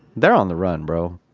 they're on the run, bro